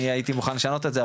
אני הייתי מוכן לשנות את זה,